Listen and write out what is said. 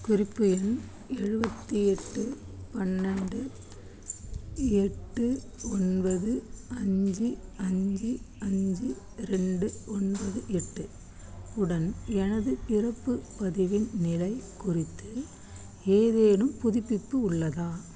குறிப்பு எண் எழுபத்தி எட்டு பன்னெரெண்டு எட்டு ஒன்பது அஞ்சு அஞ்சு அஞ்சு ரெண்டு ஒன்பது எட்டு உடன் எனது இறப்பு பதிவின் நிலை குறித்து ஏதேனும் புதுப்பிப்பு உள்ளதா